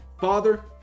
Father